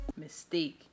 Mystique